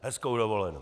Hezkou dovolenou.